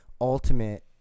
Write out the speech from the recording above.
ultimate